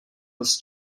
was